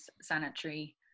sanitary